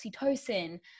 oxytocin